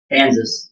Kansas